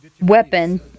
weapon